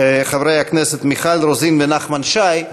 חברי הכנסת מיכל רוזין ונחמן שי,